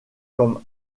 comme